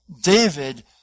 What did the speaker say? David